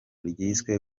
ryiswe